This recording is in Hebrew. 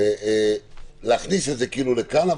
להכניס לכאן,